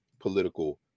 Political